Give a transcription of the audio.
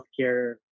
healthcare